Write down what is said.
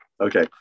Okay